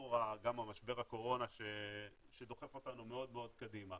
לאור גם משבר הקורונה שדוחף אותנו מאוד קדימה